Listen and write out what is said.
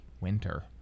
winter